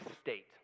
state